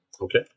Okay